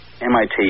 MIT